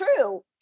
true